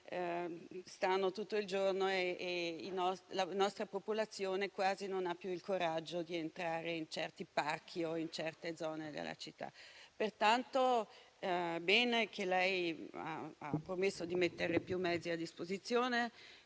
stazionano tutto il giorno in certe zone; la nostra popolazione quasi non ha più il coraggio di entrare in certi parchi o in certe zone della città. Pertanto, bene che lei abbia promesso di mettere più mezzi a disposizione,